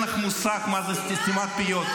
אין לך מושג מה זה סתימת פיות.